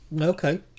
Okay